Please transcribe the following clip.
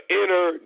inner